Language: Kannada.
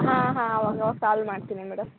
ಹಾಂ ಹಾಂ ಅವಾಗ ಅವಾಗ ಸಾಲ್ವ್ ಮಾಡ್ತೀನಿ ಮೇಡಮ್